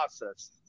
process